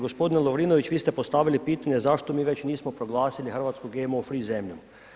Gospodine Lovrinović vi ste postavili pitanje zašto mi već nismo proglasili Hrvatsku GMO free zemljom.